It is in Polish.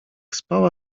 spała